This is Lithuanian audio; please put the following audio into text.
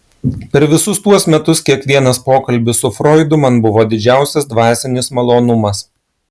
per visus tuos metus kiekvienas pokalbis su froidu man buvo didžiausias dvasinis malonumas